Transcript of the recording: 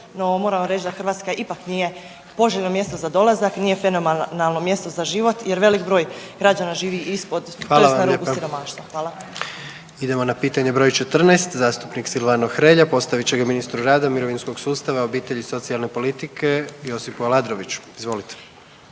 vam reći da Hrvatska ipak nije poželjno mjesto za dolazak, nije fenomenalno mjesto za život, jer velik broj građana živi ispod, tj. na rubu siromaštva. Hvala. **Jandroković, Gordan (HDZ)** Idemo na pitanje broj 14. zastupnik Silvano Hrelja postavit će ga ministru rada, mirovinskog sustava, obitelji i socijalne politike Josipu Aladroviću. Izvolite.